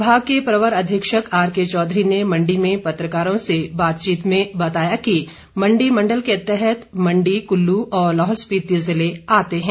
विभाग के प्रवर अधीक्षक आरके चौधरी ने मंडी में पत्रकारों से बातचीत में बताया कि मंडी मंडल के तहत मंडी कुल्लू और लाहुल स्पिति जिले आते हैं